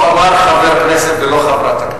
הוא אמר "חבר הכנסת", ולא "חברת הכנסת".